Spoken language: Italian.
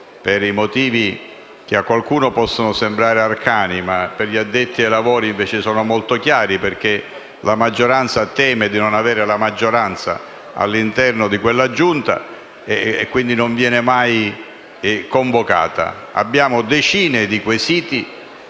per motivi che a qualcuno possono sembrare arcani, ma che per gli addetti ai lavori sono molto chiari (la maggioranza teme di non avere i numeri all'interno di quella Giunta), non viene mai convocata. Abbiamo decine di quesiti